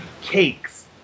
cakes